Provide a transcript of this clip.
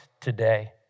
today